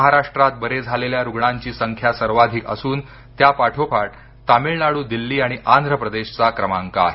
महाराष्ट्रात बरे झालेल्या रूणांची संख्या सर्वाधिक असून त्या पाठोपाठ तामिळनाडू दिल्ली आणि आंध्र प्रदेश चा क्रमांक आहे